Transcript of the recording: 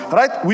right